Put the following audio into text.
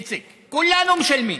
איציק, כולנו משלמים.